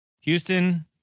Houston